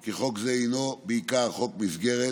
כי חוק זה הוא בעיקר חוק מסגרת,